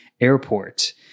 airport